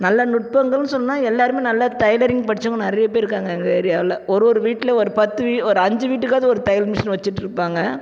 நல்ல நுட்பங்கள்னு சொன்னால் எல்லாரும் நல்லா டெய்லரிங் படிச்சவங்க நிறைய பேர் இருக்காங்க எங்கள் ஏரியாவில் ஒரு ஒரு வீட்டில் ஒரு பத்து வீ ஒரு அஞ்சு வீட்டுக்காவது ஒரு தையல் மிஷின் வச்சிட்ருப்பாங்க